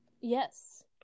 Yes